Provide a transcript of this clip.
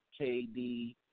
KD